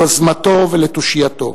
ליוזמתו ולתושייתו,